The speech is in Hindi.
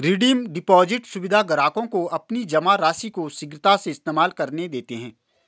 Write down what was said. रिडीम डिपॉज़िट सुविधा ग्राहकों को अपनी जमा राशि को शीघ्रता से इस्तेमाल करने देते है